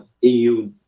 EU